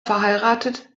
verheiratet